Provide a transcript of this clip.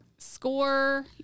Score